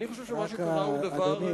אני חושב שמה שקרה הוא דבר,